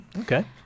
Okay